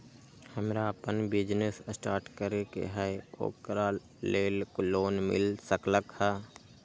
हमरा अपन business start करे के है ओकरा लेल लोन मिल सकलक ह?